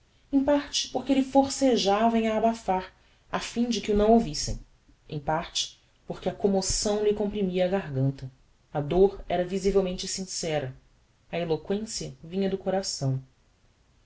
em parte por que elle forcejava em a abafar afim de que o não ouvissem em parte porque a commoção lhe comprimia a garganta a dor era visivelmente sincera a eloquência vinha do coração